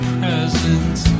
presence